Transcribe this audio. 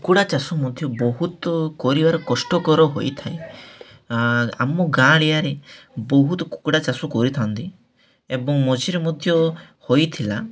କୁକୁଡ଼ା ଚାଷ ମଧ୍ୟ ବହୁତ କରିବାର କଷ୍ଟକର ହୋଇଥାଏ ଆମ ଗାଁଳିଆରେ ବହୁତ କୁକୁଡ଼ା ଚାଷ କରିଥାନ୍ତି ଏବଂ ମଝିରେ ମଧ୍ୟ ହୋଇଥିଲା